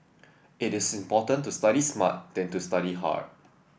it is more important to study smart than to study hard